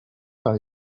par